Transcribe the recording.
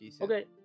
Okay